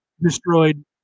destroyed